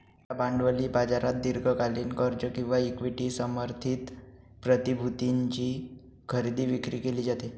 एका भांडवली बाजारात दीर्घकालीन कर्ज किंवा इक्विटी समर्थित प्रतिभूतींची खरेदी विक्री केली जाते